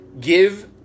Give